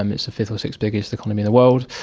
um it's the fifth or sixth biggest economy in the world.